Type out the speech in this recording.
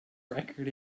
record